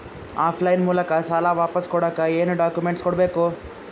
Of line ಮೂಲಕ ಸಾಲ ವಾಪಸ್ ಕೊಡಕ್ ಏನು ಡಾಕ್ಯೂಮೆಂಟ್ಸ್ ಕೊಡಬೇಕು?